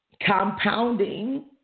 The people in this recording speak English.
compounding